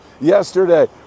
yesterday